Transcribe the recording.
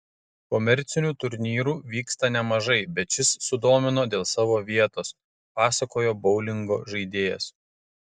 komercinių turnyrų vyksta nemažai bet šis sudomino dėl savo vietos pasakojo boulingo žaidėjas